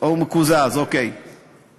הוא מקוזז היום.